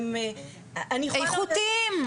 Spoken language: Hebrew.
איכותיים.